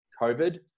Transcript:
COVID